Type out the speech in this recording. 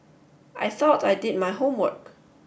I thought I did my homework